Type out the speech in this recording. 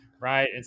right